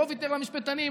לא ויתר למשפטנים,